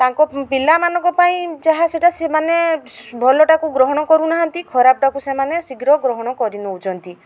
ତାଙ୍କ ପିଲାମାନଙ୍କ ପାଇଁ ଯାହା ସେଇଟା ସେମାନେ ଭଲଟାକୁ ଗ୍ରହଣ କରୁନାହାଁନ୍ତି ଖରାପଟାକୁ ସେମାନେ ଶୀଘ୍ର ଗ୍ରହଣ କରି ନଉଛନ୍ତି